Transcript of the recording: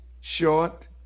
short